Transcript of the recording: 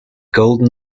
golden